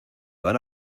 van